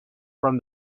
from